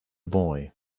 boy